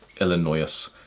illinois